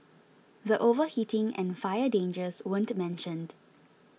the overheating and fire dangers weren't mentioned